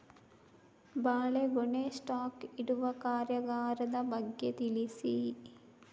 ಬಾಳೆಗೊನೆ ಸ್ಟಾಕ್ ಇಡುವ ಕಾರ್ಯಗಾರದ ಬಗ್ಗೆ ತಿಳಿಸಿ